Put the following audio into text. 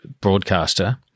broadcaster